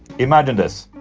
imagine this.